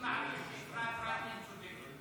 אני מעריך שאפרת רייטן צודקת.